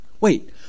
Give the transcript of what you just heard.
Wait